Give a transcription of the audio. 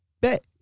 bet